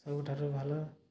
ସବୁଠାରୁ ଭଲ